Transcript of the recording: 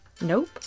Nope